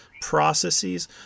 processes